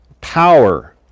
Power